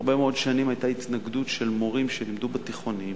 הרבה מאוד שנים היתה התנגדות של מורים שלימדו בתיכונים,